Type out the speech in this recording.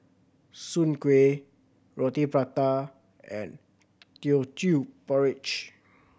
Soon Kueh Roti Prata and Teochew Porridge